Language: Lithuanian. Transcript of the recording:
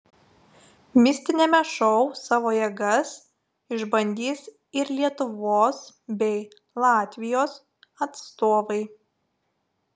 mistiniame šou savo jėgas išbandys ir lietuvos bei latvijos atstovai